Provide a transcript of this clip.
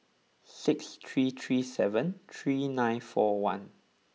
six three three seven three nine four one